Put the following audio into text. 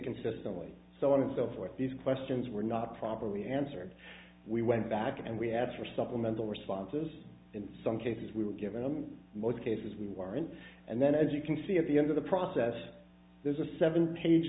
consistently so on and so forth these questions were not properly answered we went back and we asked for supplemental responses in some cases we were given them most cases we weren't and then as you can see at the end of the process there's a seven page